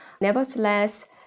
Nevertheless